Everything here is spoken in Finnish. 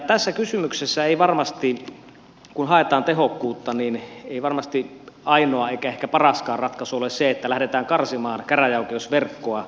tässä kysymyksessä kun haetaan tehokkuutta ei varmasti ainoa eikä ehkä paraskaan ratkaisu ole se että lähdetään karsimaan käräjäoikeusverkkoa